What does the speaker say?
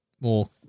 more